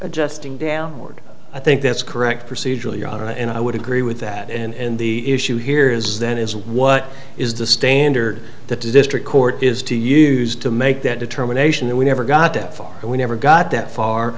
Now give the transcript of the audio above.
adjusting downward i think that's correct procedure leon and i would agree with that and the issue here is that is what is the standard that the district court is to use to make that determination that we never got that far and we never got that far